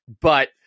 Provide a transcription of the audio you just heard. but-